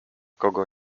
kogo